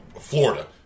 Florida